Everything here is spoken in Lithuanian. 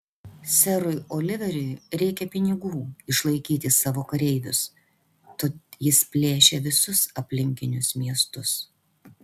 serui oliveriui reikia pinigų išlaikyti savo kareivius tad jis plėšia visus aplinkinius miestus